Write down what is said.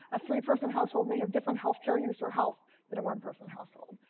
a three-person household may have different health care use or health than a one-person household.